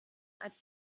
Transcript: als